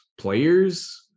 players